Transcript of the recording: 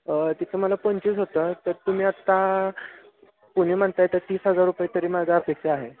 तिथं मला पंचवीस होता तर तुम्ही आता पुणे म्हणत आहे तर तीस हजार रुपये तरी माझा अपेक्षा आहे